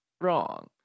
Wrong